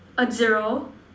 a zero